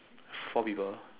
four people